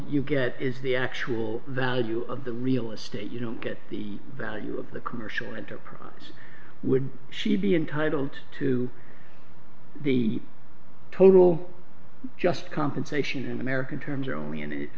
you get is the actual value of the real estate you don't get the value of the commercial enterprise would she be entitled to the total just compensation in american terms only